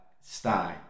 stay